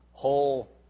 whole